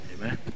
amen